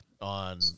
on